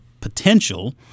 potential